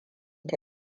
ta